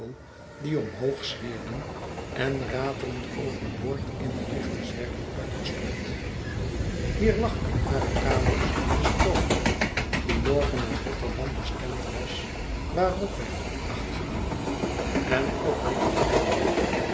die omhoogzwierden en ratelend over boord in de lichters werden uitge'stort hier lag aanhare kabels de stoomboot die morgen naar rotterdam bestemd was waarop wij goed acht gaven en ook die naar hamburg